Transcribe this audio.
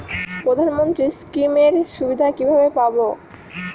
প্রধানমন্ত্রী স্কীম এর সুবিধা কিভাবে পাবো?